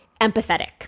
empathetic